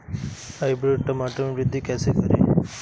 Hybrid टमाटर में वृद्धि कैसे करें?